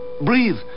Breathe